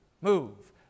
move